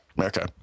Okay